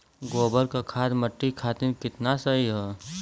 गोबर क खाद्य मट्टी खातिन कितना सही ह?